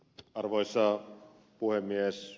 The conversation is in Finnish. arvoisa puhemies